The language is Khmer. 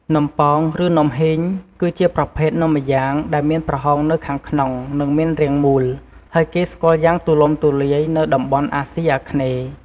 នំប៉ោង ឬ នំហុីង គឺជាប្រភេទនំម្យ៉ាង ដែលមានប្រហោងនៅខាងក្នុង និងមានរាងមូល ហើយគេស្គាល់យ៉ាងទូលំទូលាយនៅតំបន់អាស៊ីអាគ្នេយ៍។